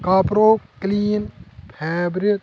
کاپروٗ کٔلیٖن فیبرِک